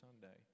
Sunday